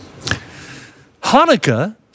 Hanukkah